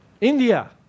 India